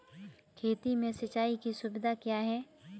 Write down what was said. खेती में सिंचाई की सुविधा क्या है?